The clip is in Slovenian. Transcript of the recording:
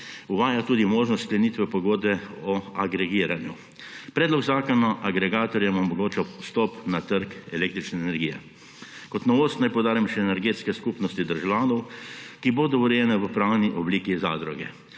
uvaja tudi možnost sklenitve pogodbe o agregiranju. Predlog zakona agregatorjem omogoča vstop na trg električne energije. Kot novost naj poudarim še energetske skupnosti državljanov, ki bodo urejene v pravni obliki zadruge.